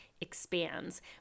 expands